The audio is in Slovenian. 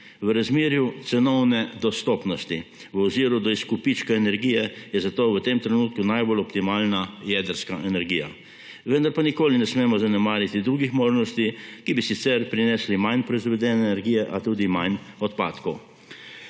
V razmerju cenovne dostopnosti v oziru do izkupička energije je zato v tem trenutku najbolj optimalna jedrska energija, vendar pa nikoli ne smemo zanemariti drugih možnosti, ki bi sicer prinesli manj proizvedene energije, a tudi manj odpadkov.